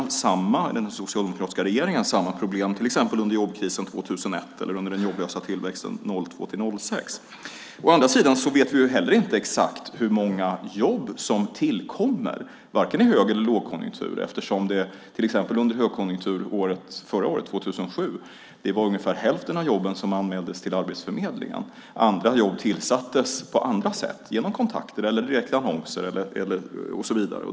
Därvidlag hade socialdemokratiska regeringar samma problem, till exempel under jobbkrisen 2001 eller under den jobblösa tillväxten 2002-2006. Å andra sidan vet vi inte exakt hur många jobb som tillkommer i vare sig hög eller lågkonjunktur. Till exempel var det under högkonjunkturåret 2007 ungefär hälften av jobben som anmäldes till Arbetsförmedlingen. Andra jobb tillsattes på andra sätt, genom kontakter, annonser och så vidare.